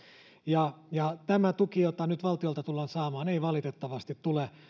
ja ja tämä tuki jota nyt valtiolta tullaan saamaan ei valitettavasti tule